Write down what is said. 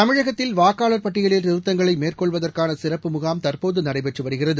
தமிழகத்தில் வாக்காளர் பட்டியலில் திருத்தங்களை மேறகொள்வதற்கான சிறப்பு முகாம் தற்போது நடைபெற்று வருகிறது